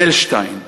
מילשטיין שמו.